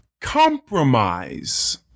Compromise